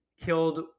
killed